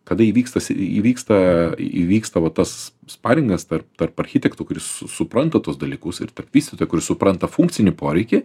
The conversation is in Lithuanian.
kada įvyksta si įvyksta įvyksta va tas sparingas tarp tarp architektų kuris su supranta tuos dalykus ir tarp vystytojojo kuris supranta funkcinį poreikį